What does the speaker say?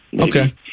Okay